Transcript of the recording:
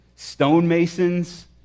stonemasons